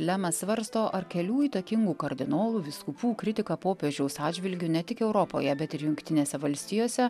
lemas svarsto ar kelių įtakingų kardinolų vyskupų kritika popiežiaus atžvilgiu ne tik europoje bet ir jungtinėse valstijose